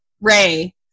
Ray